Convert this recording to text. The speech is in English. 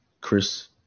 Chris